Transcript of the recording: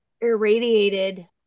irradiated